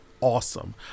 awesome